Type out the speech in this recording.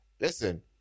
listen